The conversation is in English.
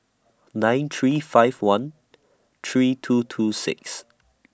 nine three five one three two two six